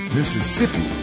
Mississippi